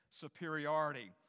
superiority